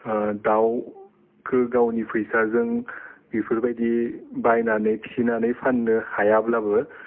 दाउखो गावनि फैसाजों बिफोरबायदि बायनानै फिनानै फाननो हायाब्लाबो